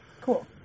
Cool